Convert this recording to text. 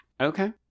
okay